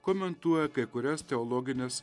komentuoja kai kurias teologines